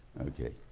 Okay